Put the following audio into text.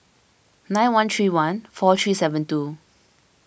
nine one three one four three seven two